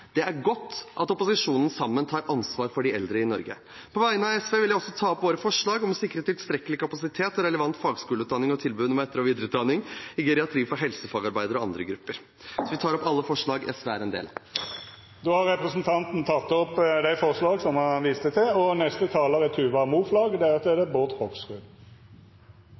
Det er godt at opposisjonen sammen tar ansvar for de eldre i Norge. På vegne av SV vil jeg også ta opp vårt forslag om å sikre tilstrekkelig kapasitet i relevant fagskoleutdanning, og tilbud om etter- og videreutdanning i geriatri for helsefagarbeidere og andre grupper. Representanten Nicholas Wilkinson har teke opp det forslaget som han viste til. Selv om vi ikke fikk gjennomslag i den forrige saken vi debatterte, må jeg si at for oss i Arbeiderpartiet er